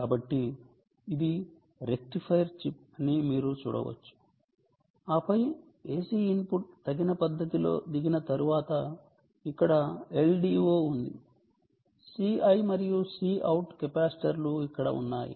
కాబట్టి ఇది rectifier chip అని మీరు చూడవచ్చు ఆపై AC input తగిన పద్ధతిలో దిగిన తరువాత ఇక్కడ LDO ఉంది C¿ మరియు Cout కెపాసిటర్లు ఇక్కడ ఉన్నాయి